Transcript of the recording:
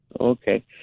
Okay